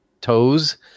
toes